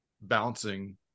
bouncing